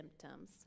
symptoms